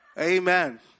Amen